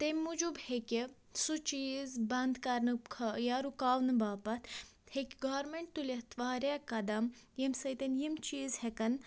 تٔمۍ موجوٗب ہٮ۪کہِ سُہ چیٖز بَنٛد کرنہٕ خٲ یا رُکٲو نہٕ باپتھ ہٮ۪کہِ گورمنٹ تُلِتھ واریاہ قدم ییٚمہِ سۭتۍ یِم چیٖز ہٮ۪کَن